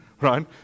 right